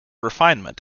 refinement